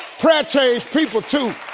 prayer changed people too.